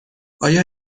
آیا